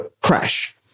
crash